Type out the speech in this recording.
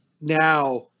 Now